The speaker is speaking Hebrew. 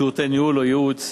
שירותי ניהול או ייעוץ,